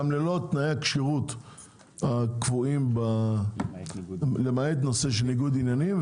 ללא תנאי הכשירות הקבועים למעט נושא של ניגוד עניינים,